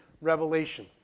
revelation